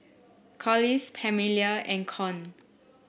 Collis Pamelia and Con